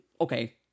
okay